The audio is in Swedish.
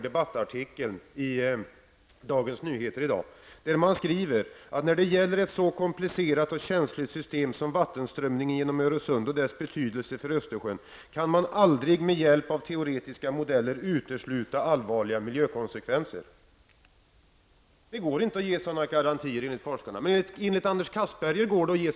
De skriver: ''När det gäller ett så komplicerat och känsligt system som vattenströmningen genom Öresund och dess betydelse för Östersjön kan man aldrig med hjälp av teoretiska modeller utesluta allvarliga miljökonsekvenser.'' Enligt forskarna går det inte att ge några garantier, men enligt Anders Castberger är det möjligt.